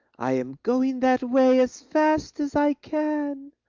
i am going that way as fast as i can,